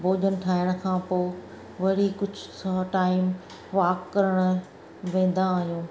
भोजन ठाहिण खां पोइ वरी कुझु थोरो टाइम वॉक करणु वेंदा आहियूं